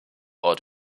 ort